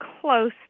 close